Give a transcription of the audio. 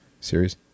series